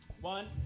one